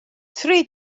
tri